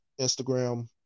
Instagram